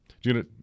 Gina